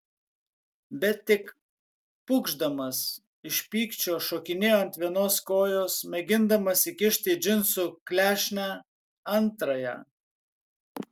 bet tik pūkšdamas iš pykčio šokinėjo ant vienos kojos mėgindamas įkišti į džinsų klešnę antrąją